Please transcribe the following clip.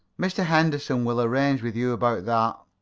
mr. henderson will arrange with you about that.